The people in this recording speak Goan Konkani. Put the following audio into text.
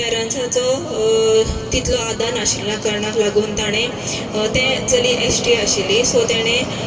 पेरेंसाचो तितलो आदार नाशिल्ल्या कारणा लागून ताणें तें चली एस टी आशिल्ली सो तेणें